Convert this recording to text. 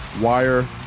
wire